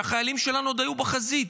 כשהחיילים שלנו עוד היו בחזית.